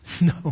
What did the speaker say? No